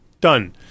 done